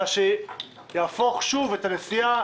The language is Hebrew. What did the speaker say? מה שיהפוך שוב את הנסיעה